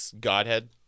Godhead